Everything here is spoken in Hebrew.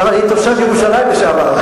אבל אני תושב ירושלים לשעבר,